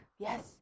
Yes